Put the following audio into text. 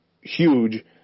huge